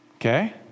okay